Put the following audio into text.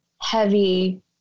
heavy